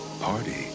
party